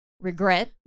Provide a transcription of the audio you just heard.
Regret